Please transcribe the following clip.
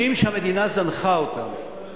מרגישים שהמדינה זנחה אותם,